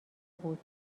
بود